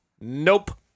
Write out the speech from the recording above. Nope